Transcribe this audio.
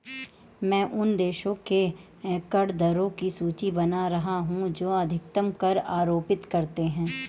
मैं उन देशों के कर दरों की सूची बना रहा हूं जो अधिकतम कर आरोपित करते हैं